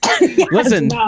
Listen